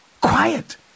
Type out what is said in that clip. Quiet